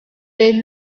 est